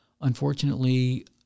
unfortunately